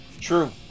true